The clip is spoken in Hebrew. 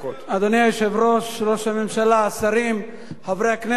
אדוני היושב-ראש, ראש הממשלה, שרים, חברי הכנסת,